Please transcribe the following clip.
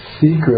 secret